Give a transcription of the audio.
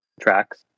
tracks